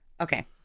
Okay